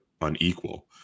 unequal